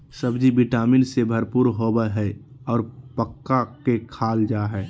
सब्ज़ि vitamin से भरपूर होबय हइ और पका के खाल जा हइ